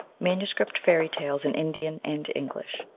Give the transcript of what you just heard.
manuscript fairy tales in indian and english.